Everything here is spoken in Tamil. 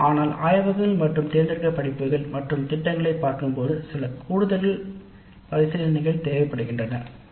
ஆனால் நாம் ஆய்வகங்கள் மற்றும் எடுக்கப்பட்ட படிப்புகளை பார்க்கும் போது சில கூடுதல் பல சிந்தனைகளை கவனிக்க வேண்டும்